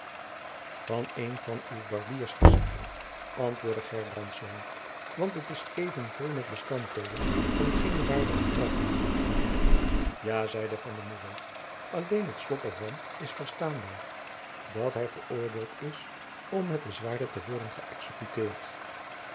van een van uw barbiersrecepten antwoordde gerbrandsz want het is even vol met nullums ingredienten ja zeide van de moezel alleen het slot er van is verstaanbaar dat hy veroordeeld is om met den zwaarde te worden geëxekuteerd